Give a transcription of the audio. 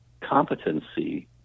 competency